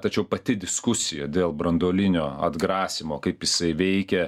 tačiau pati diskusija dėl branduolinio atgrasymo kaip jisai veikia